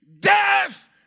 death